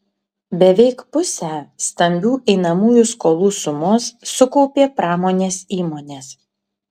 beveik pusę stambių einamųjų skolų sumos sukaupė pramonės įmonės